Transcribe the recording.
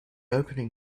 opening